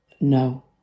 no